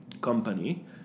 company